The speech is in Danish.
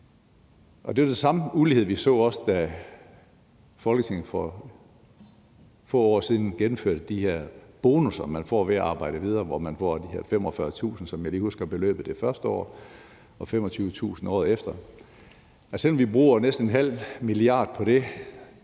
Det er den samme ulighed, vi så, da Folketinget for få år siden gennemførte de her bonusser, man får ved at arbejde videre, hvor man får de her 45.000 kr., som jeg lige husker beløbet det første år var, og 25.000 kr. året efter. Selv om vi bruger næsten en halv milliard kroner